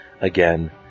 Again